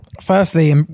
firstly